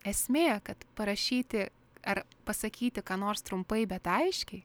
esmė kad parašyti ar pasakyti ką nors trumpai bet aiškiai